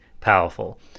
powerful